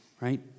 Right